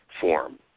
form